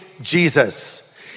Jesus